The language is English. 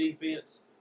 defense